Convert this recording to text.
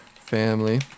Family